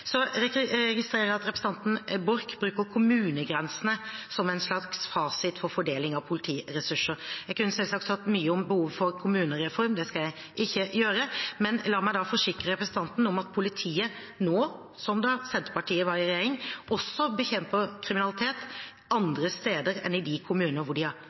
registrerer at representanten Borch bruker kommunegrensene som en slags fasit for fordeling av politiressurser. Jeg kunne selvsagt sagt mye om behovet for kommunereform – det skal jeg ikke gjøre – men la meg forsikre representanten om at politiet nå, som da Senterpartiet var i regjering, også bekjemper kriminalitet andre steder enn i de